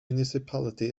municipality